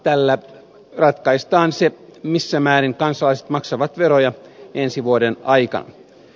tällä ratkaistaan se missä määrin kansalaiset maksavat veroja ensi vuoden aikana